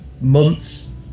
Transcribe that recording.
months